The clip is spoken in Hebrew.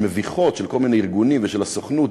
מביכות של כל מיני ארגונים ושל הסוכנות,